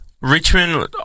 Richmond